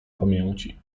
pamięci